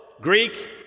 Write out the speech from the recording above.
Greek